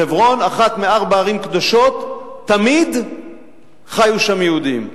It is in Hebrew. חברון אחת מארבע ערים קדושות, תמיד חיו שם יהודים.